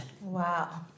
Wow